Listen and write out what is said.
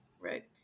right